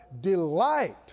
delight